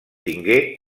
tingué